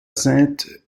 sainte